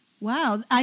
Wow